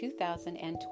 2020